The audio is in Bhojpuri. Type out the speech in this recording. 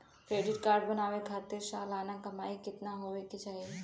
क्रेडिट कार्ड बनवावे खातिर सालाना कमाई कितना होए के चाही?